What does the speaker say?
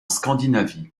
scandinavie